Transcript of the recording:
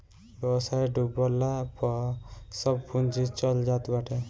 व्यवसाय डूबला पअ सब पूंजी चल जात बाटे